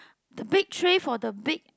the big tray for the big